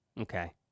Okay